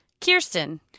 Kirsten